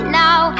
now